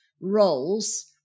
roles